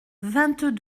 vingt